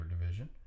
division